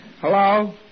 Hello